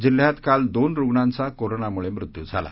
जिल्ह्यात काल दोन रुग्णांचा कोरोनामुळे मृत्यू झाला